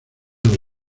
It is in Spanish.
los